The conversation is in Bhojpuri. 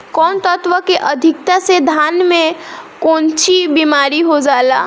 कौन तत्व के अधिकता से धान में कोनची बीमारी हो जाला?